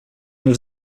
els